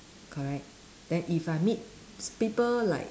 correct then if I meet people like